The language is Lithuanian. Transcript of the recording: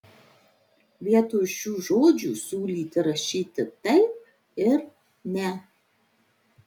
vietoj šių žodžių siūlyti rašyti taip ir ne